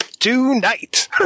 Tonight